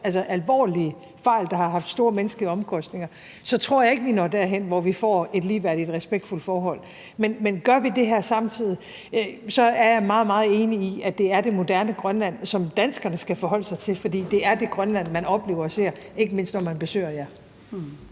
alvorlige fejl, der har haft store menneskelige omkostninger – så tror jeg ikke, at vi når derhen, hvor vi får et ligeværdigt og respektfuldt forhold. Men gør vi det her samtidig, er jeg meget, meget enig i, at det er det moderne Grønland, som danskerne skal forholde sig til, for det er det Grønland, man oplever og ser, ikke mindst når man besøger jer.